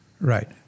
Right